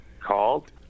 called